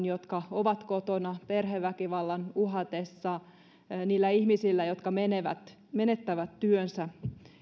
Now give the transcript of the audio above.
jotka ovat kotona perheväkivallan uhatessa niillä ihmisillä jotka menettävät työnsä